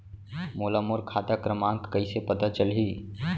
मोला मोर खाता क्रमाँक कइसे पता चलही?